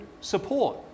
support